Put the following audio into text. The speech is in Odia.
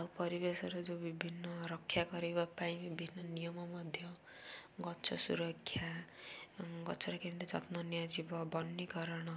ଆଉ ପରିବେଶର ଯେଉଁ ବିଭିନ୍ନ ରକ୍ଷା କରିବା ପାଇଁ ବିଭିନ୍ନ ନିୟମ ମଧ୍ୟ ଗଛ ସୁରକ୍ଷା ଗଛରେ କେମିତି ଯତ୍ନ ନିଆଯିବ ବନୀକରଣ